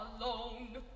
alone